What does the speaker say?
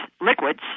liquids